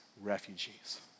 refugees